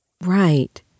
Right